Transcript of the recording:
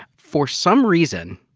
for some reason,